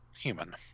human